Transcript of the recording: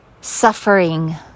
suffering